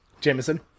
Jameson